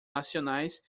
nacionais